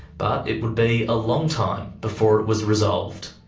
but it would be a long time before it was resolved.